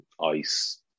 ice